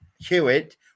Hewitt